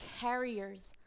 carriers